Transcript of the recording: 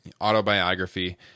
autobiography